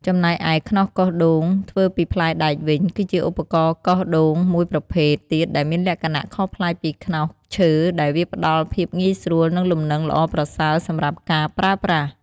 ចំណែកឯ ខ្នោសកោសដូងធ្វើពីផ្លែដែកវិញ គឺជាឧបករណ៍កោសដូងមួយប្រភេទទៀតដែលមានលក្ខណៈខុសប្លែកពីខ្នោសឈើ ដោយវាផ្តល់ភាពងាយស្រួល និងលំនឹងល្អប្រសើរសម្រាប់ការប្រើប្រាស់។